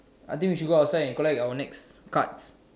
I think we should go outside and collect our next cards